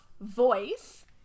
voice